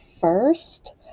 first